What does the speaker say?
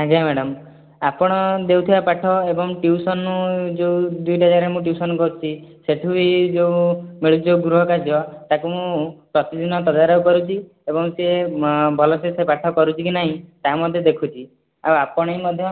ଆଜ୍ଞା ମ୍ୟାଡ଼ାମ୍ ଆପଣ ଦେଉଥିବା ପାଠ ଏବଂ ଟ୍ୟୁସନ୍ରୁ ଯେଉଁ ଦୁଇଟା ଜାଗାରେ ମୁଁ ଟ୍ୟୁସନ୍ କରୁଛି ସେଇଠି ବି ଯେଉଁ ମିଳୁଛି ଗୃହକାର୍ଯ୍ୟ ତାକୁ ମୁଁ ପ୍ରତିଦିନ ତଦାରଖ କରୁଛି ଏବଂ ସେ ଭଲସେ ସେ ପାଠ କରୁଛି କି ନାହିଁ ତାହା ମଧ୍ୟ ଦେଖୁଛି ଆଉ ଆପଣ ବି ମଧ୍ୟ